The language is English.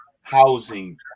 housing